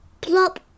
Plop